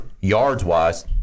yards-wise